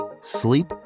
sleep